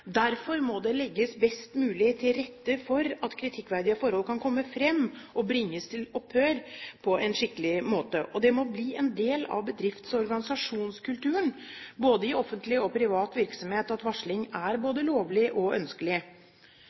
Derfor må det legges best mulig til rette for at kritikkverdige forhold kan komme fram og bringes til opphør på en skikkelig måte. Og det må bli en del av bedrifts- og organisasjonskulturen, både i offentlig og privat virksomhet, at varsling er både lovlig og ønskelig.